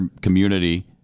Community